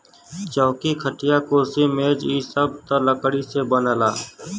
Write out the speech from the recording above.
चौकी, खटिया, कुर्सी मेज इ सब त लकड़ी से बनला